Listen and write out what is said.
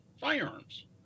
Firearms